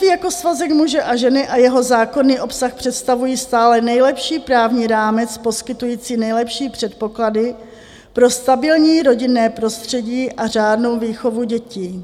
Manželství jako svazek muže a ženy a jeho zákonný obsah představují stále nejlepší právní rámec poskytující nejlepší předpoklady pro stabilní rodinné prostředí a řádnou výchovu dětí.